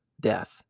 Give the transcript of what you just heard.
death